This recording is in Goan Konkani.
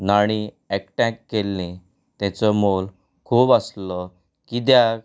नाणीं एकठांय केल्ली तेचो मोल खूब आसलो किद्याक